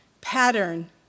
pattern